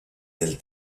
del